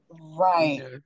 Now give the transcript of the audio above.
right